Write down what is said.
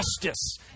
justice